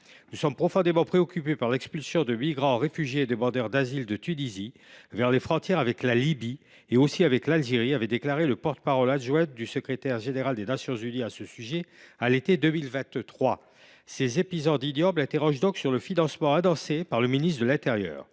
Nous sommes profondément préoccupés par l’expulsion de migrants, réfugiés et demandeurs d’asile de Tunisie vers les frontières avec la Libye, et aussi avec l’Algérie », avait déclaré le porte parole adjoint du secrétaire général des Nations unies à l’été 2023. Ces épisodes ignobles suscitent des interrogations sur le financement annoncé par le ministre de l’intérieur.